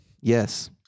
Yes